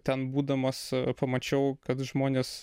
ten būdamas pamačiau kad žmonės